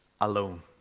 alone